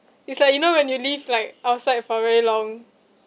it's like you know when you leave like outside for very long